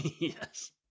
Yes